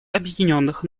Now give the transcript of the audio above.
объединенных